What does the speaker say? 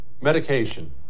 Medication